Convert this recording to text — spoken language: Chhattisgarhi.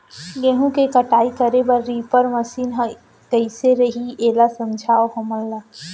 गेहूँ के कटाई करे बर रीपर मशीन ह कइसे रही, एला समझाओ हमन ल?